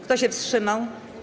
Kto się wstrzymał?